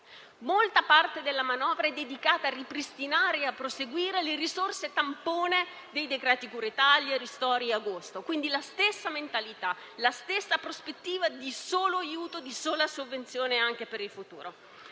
Molta parte della manovra è dedicata a ripristinare e a proseguire le risorse tampone dei decreti-legge cura Italia, ristori e agosto: quindi la stessa mentalità, la stessa prospettiva di solo aiuto e di sola sovvenzione anche per il futuro.